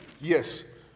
Yes